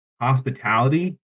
hospitality